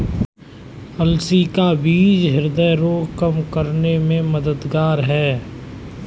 अलसी का बीज ह्रदय रोग कम करने में मददगार है